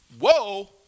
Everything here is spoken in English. Whoa